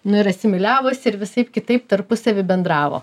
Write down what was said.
nu ir asimiliavosi ir visaip kitaip tarpusavy bendravo